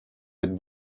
êtes